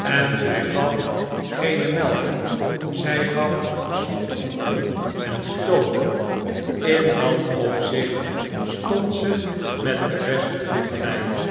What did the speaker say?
en zij gaf geene melk zij gaf stompen en stooten in dat opzicht stond ze met de beste koe gelijk